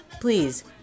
Please